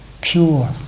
pure